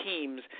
teams